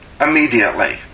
immediately